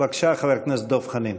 בבקשה, חבר הכנסת דב חנין.